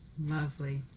Lovely